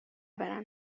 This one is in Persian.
برن